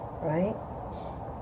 Right